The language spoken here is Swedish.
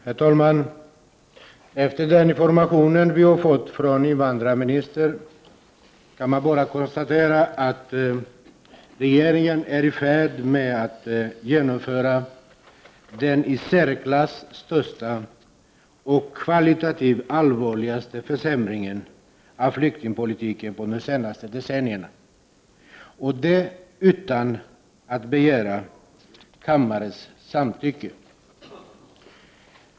Herr talman! Efter den information vi har fått från invandrarministern kan man bara konstatera att regeringen är i färd med att genomföra den i särklass största och kvalitativt allvarligaste försämringen av flyktingpolitiken under de senaste decennierna, och det utan att begära kammarens samtycke.